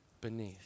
beneath